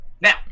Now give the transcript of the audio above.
Now